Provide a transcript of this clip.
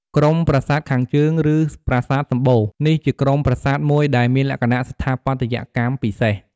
ក្រុមប្រាសាទខាងជើង ឬ ប្រាសាទសំបូរ នេះជាក្រុមប្រាសាទមួយដែលមានលក្ខណៈស្ថាបត្យកម្មពិសេស។